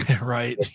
Right